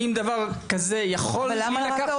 האם דבר כזה יכול להילקח?